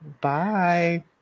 Bye